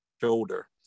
shoulder